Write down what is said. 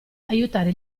aiutare